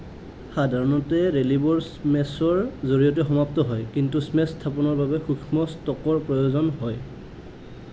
সাধাৰণতে ৰেলিবোৰ স্মেশ্বৰ জৰিয়তে সমাপ্ত হয় কিন্তু স্মেশ্ব স্থাপনৰ বাবে সূক্ষ্ম ষ্ট্ৰ'কৰ প্ৰয়োজন হয়